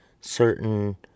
certain